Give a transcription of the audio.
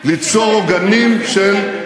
ליצור עוגנים של,